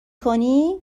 کنی